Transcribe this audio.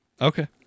Okay